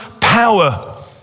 power